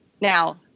Now